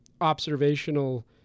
observational